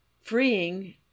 freeing